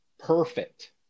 perfect